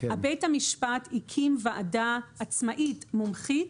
בית המשפט הקים ועדה עצמאית מומחית,